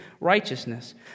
righteousness